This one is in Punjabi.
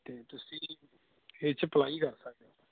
ਅਤੇ ਤੁਸੀਂ ਇਹ 'ਚ ਅਪਲਾਈ ਕਰ ਸਕਦੇ ਹੋ